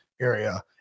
area